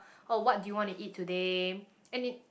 oh what do you wanna eat today any